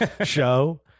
show